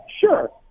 Sure